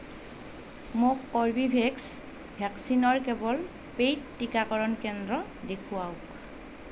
মোক কৰ্বীভেক্স ভেকচিনৰ কেৱল পে'ইড টীকাকৰণ কেন্দ্ৰ দেখুৱাওক